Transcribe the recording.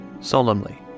Solemnly